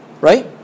right